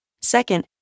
Second